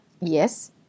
yes